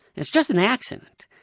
it's just an accident,